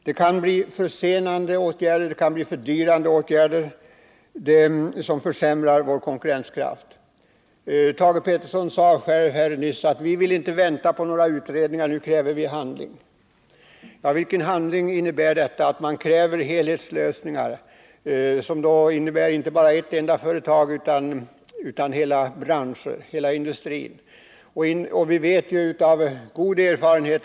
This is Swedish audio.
Det kan bli försenande och fördyrande åtgärder, som fö nyss: Vi vill inte vänta på några utredningar. nu kräver vi handling. Vilken handling innebär kravet på helhetslösningar som skall innefatta inte bara ett företag utan hela branscher och industrier? Vi riksdagsmän vet av god ämrar vår konkurrenskraft.